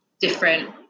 different